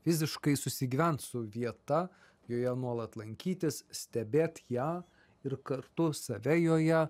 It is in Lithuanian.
fiziškai susigyvent su vieta joje nuolat lankytis stebėt ją ir kartu save joje